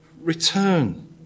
return